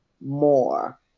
more